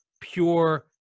pure